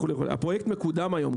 הפרויקט מקודם היום.